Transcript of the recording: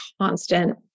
constant